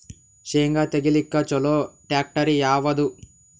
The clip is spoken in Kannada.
ಶೇಂಗಾ ತೆಗಿಲಿಕ್ಕ ಚಲೋ ಟ್ಯಾಕ್ಟರಿ ಯಾವಾದು?